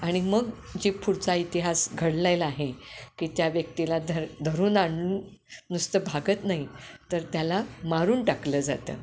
आणि मग जो पुढचा इतिहास घडलेयला आहे की त्या व्यक्तीला धर धरून आणून नुसतं भागत नाही तर त्याला मारून टाकलं जातं